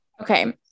okay